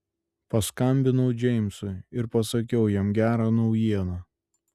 paskambinau džeimsui ir pasakiau jam gerą naujieną